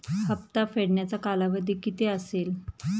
हप्ता फेडण्याचा कालावधी किती असेल?